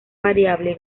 variable